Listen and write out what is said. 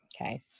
Okay